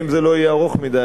ואם זה לא יהיה ארוך מדי,